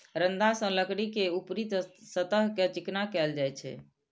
रंदा सं लकड़ी के ऊपरी सतह कें चिकना कैल जाइ छै